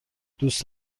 دوست